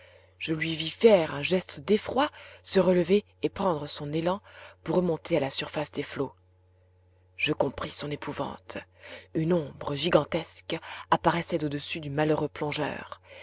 je lui vis faire un geste d'effroi se relever et prendre son élan pour remonter à la surface des flots je compris son épouvante une ombre gigantesque apparaissait au-dessus du malheureux plongeur